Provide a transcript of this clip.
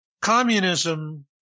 communism